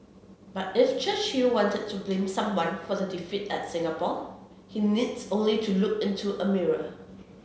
but if Churchill wanted to blame someone for the defeat at Singapore he needs only to look into a mirror